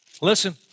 listen